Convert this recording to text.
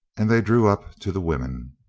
and they drew up to the women.